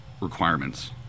requirements